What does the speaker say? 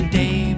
day